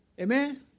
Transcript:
Amen